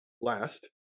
last